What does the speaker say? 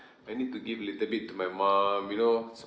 I need to give a little bit to my mum you know